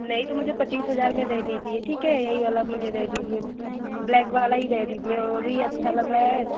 नहीं तो मुझे पच्चीस हजार में दे दीजिए ठीक है यही वाला मुझे दे दीजिए ब्लैक वाला ही दे दीजिए और वो भी अच्छा लग रहा है